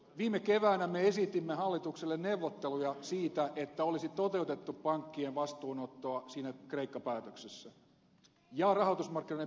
viime keväänä me esitimme hallitukselle neuvotteluja siitä että olisi toteutettu pankkien vastuunottoa siinä kreikka päätöksessä ja rahoitusmarkkinoiden pelisääntöjen uudistamista